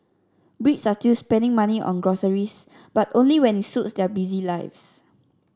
brits are still spending money on groceries but only when it suits their busy lives